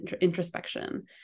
introspection